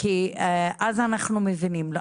כי אז אנחנו מבינים.